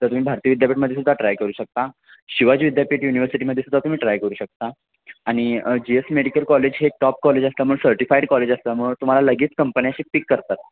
तर तुम्ही भारती विद्यापीठमध्ये सुद्धा ट्राय करू शकता शिवाजी विद्यापीठ उनिवर्सिटिमध्ये सुद्धा तुम्ही ट्राय करू शकता आणि जी एस मेडिकल कॉलेज एक टॉप कॉलेज असल्यामुळेळ सर्टिफाईड कॉलेज असल्यामुळे तुम्हाला लगेच कंप्याचे असे पिक करतात